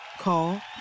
Call